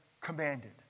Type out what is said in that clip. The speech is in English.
commanded